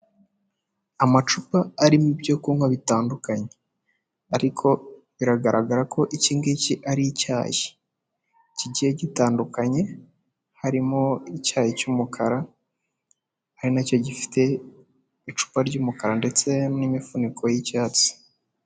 Amacupa arimo ibyo kunywa bitandukanye. Ariko biragaragara ko iki ngiki ari icyayi, kigiye gitandukanye harimo icyayi cy'umukara, ari nacyo gifite icupa ry'umukara ndetse n'imifuniko y'icyatsi.